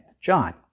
John